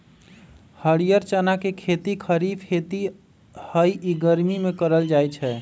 हरीयर चना के खेती खरिफ खेती हइ इ गर्मि में करल जाय छै